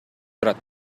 турат